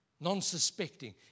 non-suspecting